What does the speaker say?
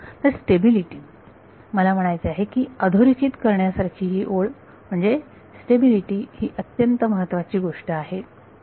तर स्टेबिलिटी मला म्हणायचे आहे की अधोरेखित करण्याची ओळ म्हणजे स्टेबिलिटी ही अत्यंत महत्त्वाची गोष्ट आहे ओके